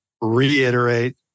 reiterate